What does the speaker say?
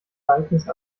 ereignis